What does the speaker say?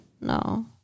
No